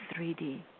3D